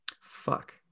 fuck